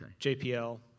JPL